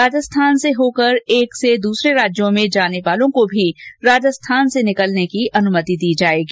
राजस्थान से होकर एक से दूसरे राज्यों में जाने वालों को भी राजस्थान से निकलने की अनुमति दी जाएगी